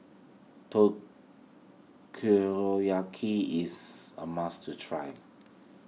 Takoyaki is a must try